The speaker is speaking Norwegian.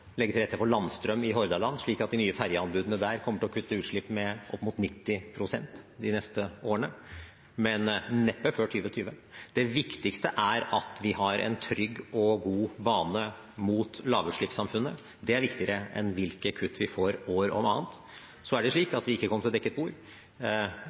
legge til rette for landstrøm i Hordaland, slik at de nye ferjeanbudene der kommer til å kutte utslipp med ned mot 90 pst. de neste årene, men neppe før 2020. Det viktigste er at vi har en trygg og god bane mot lavutslippssamfunnet. Det er viktigere enn hvilke kutt vi får år om annet. Så er det slik